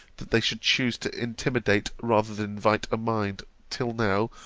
that they should choose to intimidate rather than invite a mind, till now,